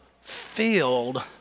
filled